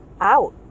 out